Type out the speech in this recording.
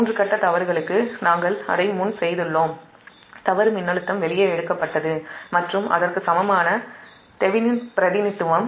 மூன்று கட்ட தவறுகளுக்கு நாம் அதை முன் செய்துள்ளோம் தவறு மின்னழுத்தம் வெளியே எடுக்கப்பட்டது மற்றும் அதற்கு சமமான தெவெனின் பிரதிநிதித்துவம்